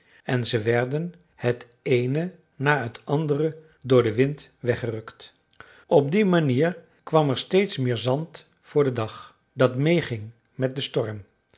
en ze werden het eene na het andere door den wind weggerukt op die manier kwam er steeds meer zand voor den dag dat meê ging met den storm